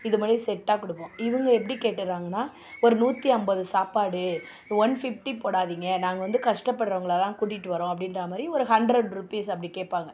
இதுமாதிரி செட்டாக கொடுப்போம் இவங்க எப்படி கேட்டுடுறாங்கனா ஒரு நூற்றி ஐம்பது சாப்பாடு ஒன் ஃபிஃப்டி போடாதிங்க நாங்கள் வந்து கஷ்டப்படுகிறவங்கள தான் கூட்டிட்டு வர்றோம் அப்படின்ற மாதிரி ஒரு ஹண்ட்ரட் ருபீஸ் அப்படி கேட்பாங்க